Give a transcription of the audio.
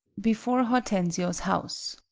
before hortensio's house.